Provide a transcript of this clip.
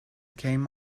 came